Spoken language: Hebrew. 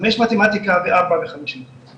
5 מתמטיקה ו-4 ו-5 אנגלית.